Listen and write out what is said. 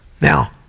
now